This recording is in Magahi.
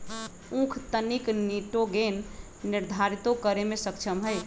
उख तनिक निटोगेन निर्धारितो करे में सक्षम हई